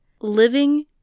Living